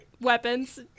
weapons